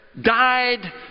died